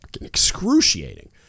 excruciating